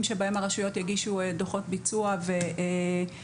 שבהם הרשויות יגישו דוחות ביצוע למשרד,